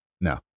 No